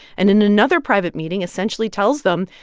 and in another private meeting, essentially tells them,